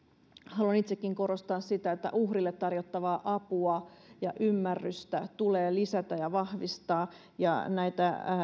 haluan itsekin korostaa sitä että uhrille tarjottavaa apua ja ymmärrystä tulee lisätä ja vahvistaa ja näitä